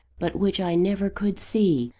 but which i never could see,